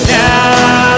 now